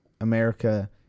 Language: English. America